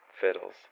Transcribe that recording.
fiddles